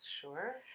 Sure